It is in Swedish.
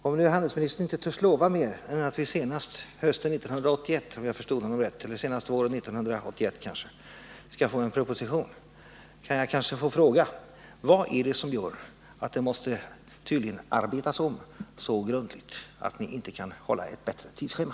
Om handelsministern inte törs lova mer än att vi senast våren 1981, om jag förstod honom rätt, skall få en proposition, kan jag kanske få fråga: Vad är det som gör att det måste bli en så grundlig omarbetning att ni inte kan ha ett bättre tidsschema?